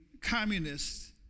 communists